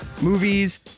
movies